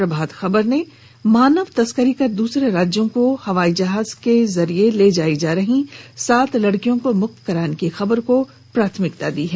प्रभात खबर ने मानव तस्करी कर दूसरे राज्यों में हवाई जहाज के जरिये ले जाई जा रहीं सात लड़कियों को मुक्त कराने की खबर को प्राथमिकता के साथ प्रकाशित किया है